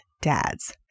dads